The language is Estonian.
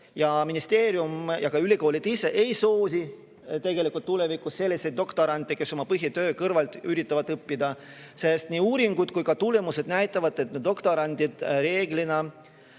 Ministeerium ja ka ülikoolid ise ei soosi tegelikult tulevikus selliseid doktorante, kes oma põhitöö kõrvalt üritavad õppida, sest nii uuringud kui ka tulemused näitavad, et doktorandid enamasti